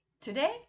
Today